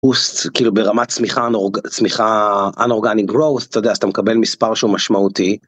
... כאילו ברמת צמיחה, inorganic growth אתה יודע אז אתה מקבל מספר שהוא משמעותי.